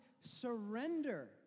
surrender